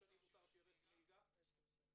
אנחנו רוצים לשמוע מה קורה היום בנושא הזה.